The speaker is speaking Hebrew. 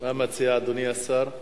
מה מציע אדוני השר?